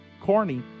corny